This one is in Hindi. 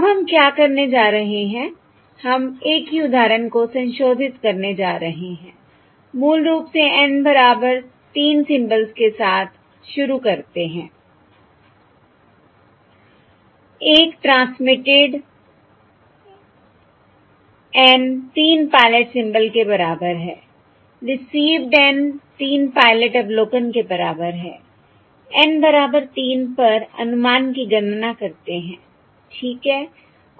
अब हम क्या करने जा रहे हैं हम एक ही उदाहरण को संशोधित करने जा रहे हैं मूल रूप से N बराबर 3 सिम्बल्स के साथ शुरू करते हैं एक ट्रांसमिटेड N तीन पायलट सिंबल्स के बराबर है रिसीव्ङ N तीन पायलट अवलोकन के बराबर है N बराबर 3 पर अनुमान की गणना करते हैं ठीक है